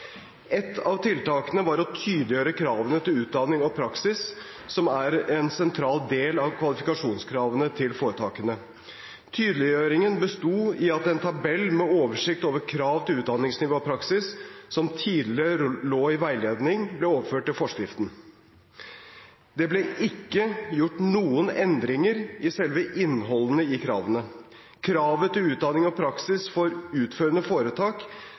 av tiltakene var å tydeliggjøre kravene til utdanning og praksis, som er en sentral del av kvalifikasjonskravene til foretakene. Tydeliggjøringen besto i at en tabell med oversikt over krav til utdanningsnivå og praksis som tidligere lå i veiledning, ble overført til forskriften. Det ble ikke gjort noen endringer i selve innholdet i kravene. Kravet til utdanning og praksis for utførende foretak,